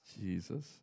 Jesus